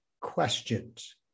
questions